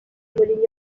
mourinho